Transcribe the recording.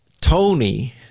Tony